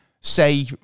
say